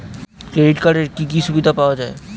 Credit কার্ডের কি কি সুবিধা পাওয়া যায়?